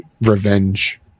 Revenge